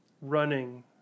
running